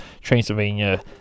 Transylvania